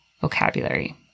vocabulary